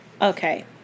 Okay